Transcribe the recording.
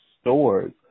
stores